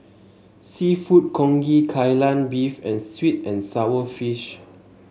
seafood congee Kai Lan Beef and sweet and sour fish